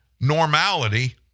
Normality